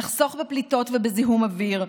נחסוך בפליטות ובזיהום אוויר,